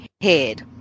head